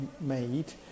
made